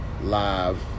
live